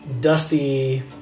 Dusty